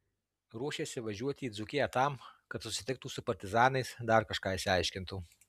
ruošėsi važiuoti į dzūkiją tam kad susitiktų su partizanais dar kažką išsiaiškintų